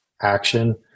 action